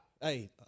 hey